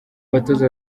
batoza